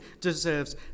deserves